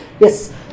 Yes